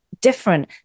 different